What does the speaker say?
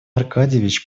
аркадьич